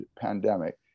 pandemic